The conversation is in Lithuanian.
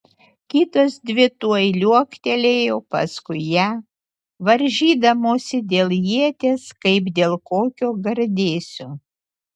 kitos dvi tuoj liuoktelėjo paskui ją varžydamosi dėl ieties kaip dėl kokio gardėsio